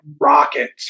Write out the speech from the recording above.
rocket